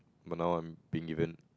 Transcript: but I'm not being even